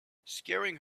scaring